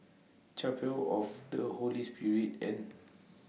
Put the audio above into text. Chapel of The Holy Spirit and